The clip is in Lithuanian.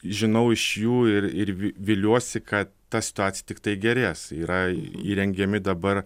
žinau iš jų ir ir vi viliuosi kad ta situacija tiktai gerės yra įrengiami dabar